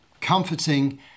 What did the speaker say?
comforting